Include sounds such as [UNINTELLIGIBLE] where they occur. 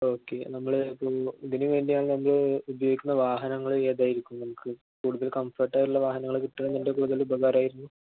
okay നമ്മള് ഇപ്പോള് ഇതിനുവേണ്ടി [UNINTELLIGIBLE] ഉപയോഗിക്കുന്ന വാഹനങ്ങള് ഏതായിരിക്കും നമുക്ക് കൂടുതൽ കംഫേർട്ടായിട്ടുള്ള വാഹനങ്ങള് കിട്ടുകയാണെന്നുണ്ടെങ്കില് കൂടുതൽ ഉപകാരമായിരുന്നു